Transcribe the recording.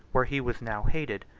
where he was now hated,